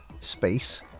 Space